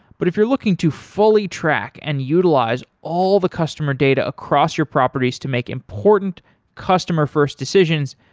but if you're looking to fully track and utilize all the customer data across your properties to make important customer-first decisions,